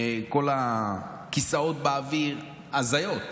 כל הכיסאות באוויר, הזיות.